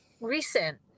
recent